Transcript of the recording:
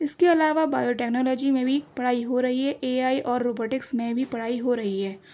اس کے علاوہ biotechnology میں بھی پڑھائی ہو رہی ہے اے آئی اور روبوٹکس میں بھی پڑھائی ہو رہی ہے